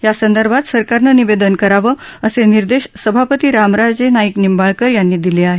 यासंदर्भात सरकारनं निवेदन करावं असे निर्देश सभापती रामराजे नाईक निंबाळकर यांनी दिले आहेत